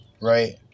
Right